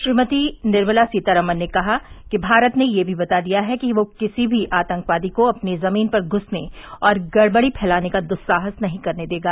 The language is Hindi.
श्रीमती निर्मला सीता रमन ने कहा कि भारत ने यह भी बता दिया है कि वह किसी भी आतंकवादी को अपनी जमीन पर घुसने और गड़बड़ी फैलाने का दुस्साहस नहीं करने देगा